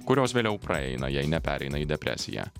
kurios vėliau praeina jei nepereina į depresiją